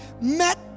met